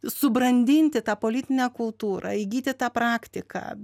subrandinti tą politinę kultūrą įgyti tą praktiką